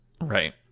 Right